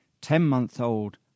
Ten-month-old